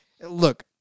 look